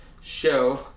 show